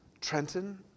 Trenton